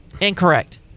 Incorrect